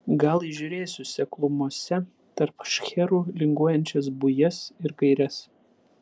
gal įžiūrėsiu seklumose tarp šcherų linguojančias bujas ir gaires